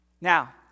Now